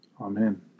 Amen